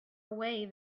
away